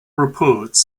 reports